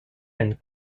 and